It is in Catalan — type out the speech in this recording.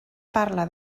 parla